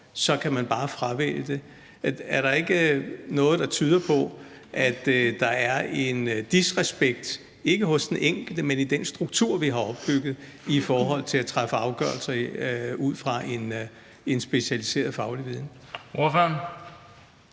kommunen bare fravælge det. Så er der ikke noget, der tyder på, at der her er en disrespekt, som ikke ligger hos den enkelte, men i den struktur, vi har opbygget, i forhold til at træffe afgørelser ud fra en specialiseret faglig viden?